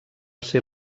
ser